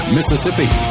Mississippi